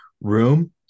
room